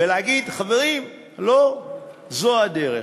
ולהגיד: חברים, לא זו הדרך.